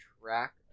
track